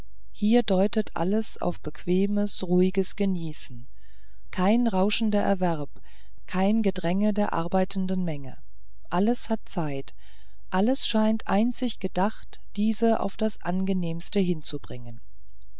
hier deutet alles auf bequemes ruhiges genießen kein rauschender erwerb kein gedränge der arbeitenden menge alles hat zeit alles scheint einzig bedacht diese auf das angenehmste hinzubringen